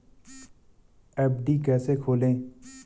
FD कैसे खोलें?